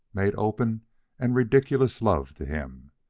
made open and ridiculous love to him.